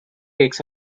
takes